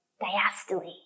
Diastole